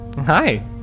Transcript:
Hi